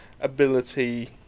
ability